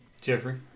Jeffrey